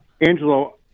Angelo